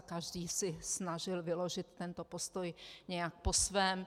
Každý se snažil si vyložit tento postoj nějak po svém.